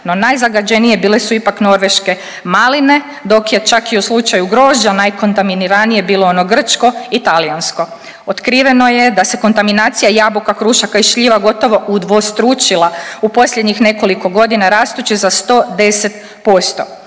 No, najzagađenije bile su ipak norveške maline dok je čak i u slučaju grožđa najkontaminiranije bilo ono grčko i talijansko. Otkriveno je da se kontaminacija jabuka, krušaka i šljiva gotovo udvostručila u posljednjih nekoliko godina rastući za 110